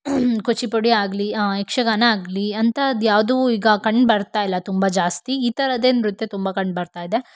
ಕೂಚಿಪುಡಿ ಆಗಲಿ ಯಕ್ಷಗಾನ ಆಗಲಿ ಅಂಥಾದ್ಯಾವ್ದೂ ಈಗ ಕಂಡು ಬರ್ತಾ ಇಲ್ಲ ತುಂಬ ಜಾಸ್ತಿ ಈ ಥರದ್ದೇ ನೃತ್ಯ ತುಂಬ ಕಂಡು ಬರ್ತಾ ಇದೆ